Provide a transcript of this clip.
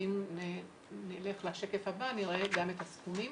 ואם נלך לשקף הבא נראה גם את הסכומים,